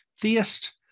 theist